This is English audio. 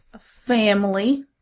family